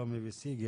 שלומי וסיגי,